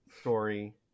story